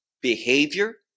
behavior